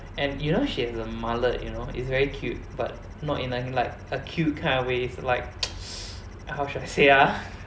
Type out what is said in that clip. and you know she has a mullet you know is very cute but not in as in like a cute kind of way like how should I say ah